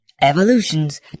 evolutions